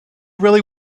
really